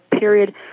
period